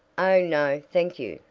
oh, no, thank you,